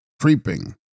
creeping